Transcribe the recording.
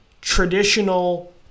traditional